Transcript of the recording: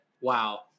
wow